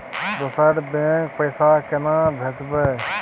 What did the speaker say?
दोसर बैंक पैसा केना भेजबै?